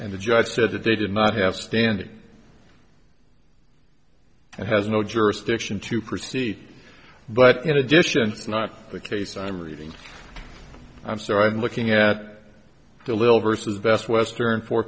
and the judge said that they did not have standing and has no jurisdiction to proceed but in addition it's not the case i'm reading i'm sorry i'm looking at the little versus best western for